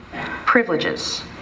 privileges